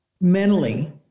mentally